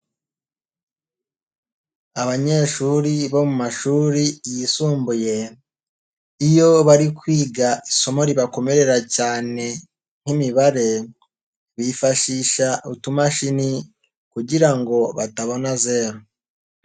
Abanyeshuri bo mu mashuri yisumbuye, iyo bari kwiga isomo ribakomerera cyane nk'imibare, bifashisha utumashini kugira ngo batabona zeru.